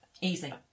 easy